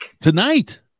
Tonight